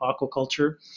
aquaculture